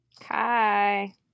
Hi